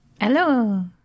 Hello